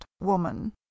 woman